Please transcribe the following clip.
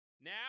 Now